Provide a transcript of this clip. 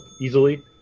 easily